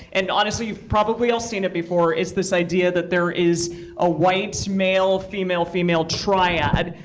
and honestly, you've probably all seen it before. it's this idea that there is a white male, female, female triad.